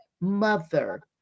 mother